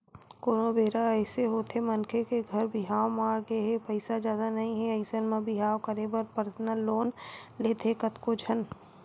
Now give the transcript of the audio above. कोनो बेरा अइसे होथे मनखे के घर बिहाव माड़हे हे पइसा जादा नइ हे अइसन म बिहाव करे बर परसनल लोन लेथे कतको झन